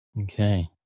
Okay